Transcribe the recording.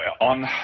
on